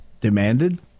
Demanded